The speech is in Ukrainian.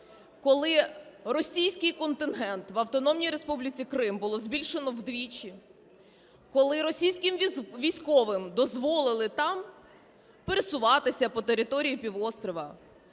коли російський контингент в Автономній Республіці Крим було збільшено вдвічі, коли російським військовим дозволили там пересуватися по території півострова,